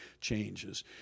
changes